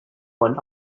when